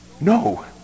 No